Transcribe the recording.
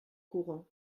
courant